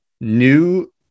New